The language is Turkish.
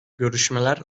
görüşmeler